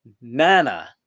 Nana